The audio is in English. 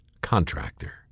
Contractor